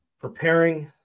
preparing